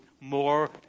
more